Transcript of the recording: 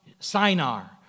Sinar